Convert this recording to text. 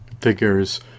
Figures